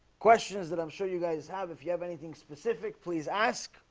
questions that i'm sure you guys have if you have anything specific, please ask,